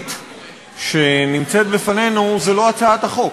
בתמצית שנמצאת לפנינו זה לא הצעת החוק,